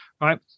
right